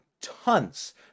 tons